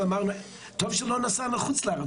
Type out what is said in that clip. ואמרנו שטוב שלא נסענו לחוץ לארץ.